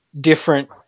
different